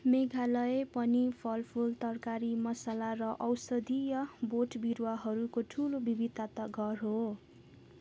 मेघालय पनि फलफुल तरकारी मसला र औषधीय बोटबिरुवाहरूको ठुलो विविधताको घर हो